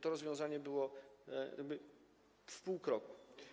To rozwiązanie było jakby w pół kroku.